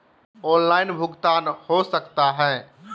Online भुगतान हो सकता है?